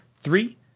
Three